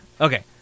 Okay